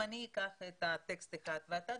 אם אני אקח טקסט אחד ואתה,